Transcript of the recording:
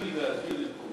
להעביר את הנושא